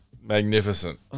magnificent